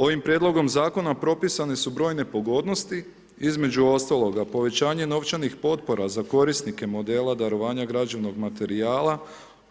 Ovim prijedlogom zakona propisane su brojne pogodnosti, između ostaloga povećanje novčanih potpora za korisnike modela darovanja građevnog materijala